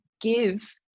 give